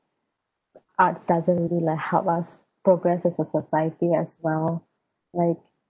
arts doesn't really like help us progres as a society as well like